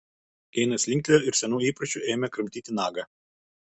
keinas linktelėjo ir senu įpročiu ėmė kramtyti nagą